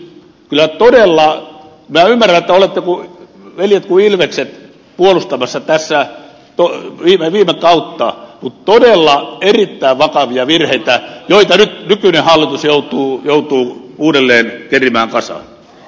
minä ymmärrän että olette veljet kuin ilvekset tässä puolustamassa viime kautta mutta ne ovat todella erittäin vakavia virheitä joita nykyinen hallitus joutuu uudelleen kerimään kasaan